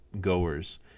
goers